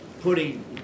putting